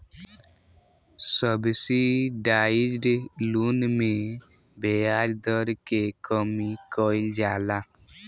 subsidised loan में ब्याज दर के कमी कइल जाला